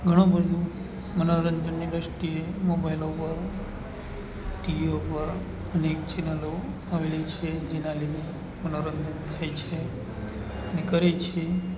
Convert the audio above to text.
ઘણું બધું મનોરંજનની દૃષ્ટિએ મોબાઈલ ઉપર ટીવીઓ પર અનેક ચેનલો આવેલી છે જેના લીધે મનોરંજન થાય છે અને કરે છે